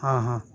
ہاں ہاں